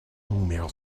numéro